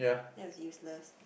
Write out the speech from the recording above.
that was useless